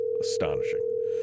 Astonishing